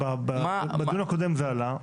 בדיון הקודם זה עלה.